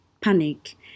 panic